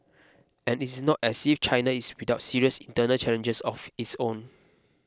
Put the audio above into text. and it is not as if China is without serious internal challenges of its own